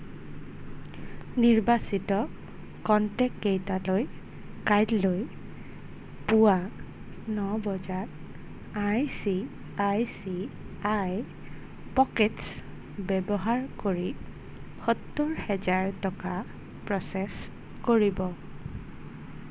নিৰ্বাচিত কনটেক্টকেইটালৈ কাইলৈ পুৱা ন বজাত I C I C I pockets ব্যৱহাৰ কৰি সত্তৰ হেজাৰ টকা প্ৰচেছ কৰিব